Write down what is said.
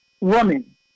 woman